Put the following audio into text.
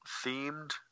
themed